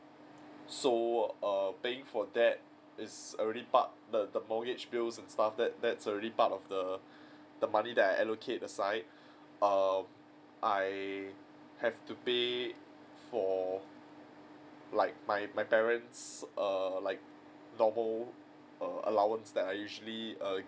so err paying for that it's already part the the mortgage bills and stuff that that's already part of the the money that I allocate aside um I have to pay for like my my parents err like normal err allowance that I usually err